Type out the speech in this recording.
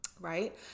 right